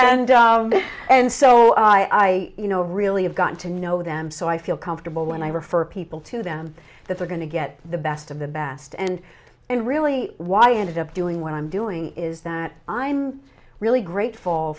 and and so i you know really have gotten to know them so i feel comfortable when i refer people to them that they're going to get the best of the best and and really why i ended up doing what i'm doing is that i'm really grateful